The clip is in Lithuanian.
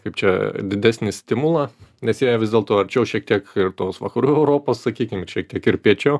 kaip čia didesnį stimulą nes jai vis dėlto arčiau šiek tiek ir tos vakarų europos sakykim ir šiek tiek ir piečiau